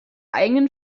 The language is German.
eigenen